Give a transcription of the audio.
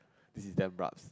this is damn rabz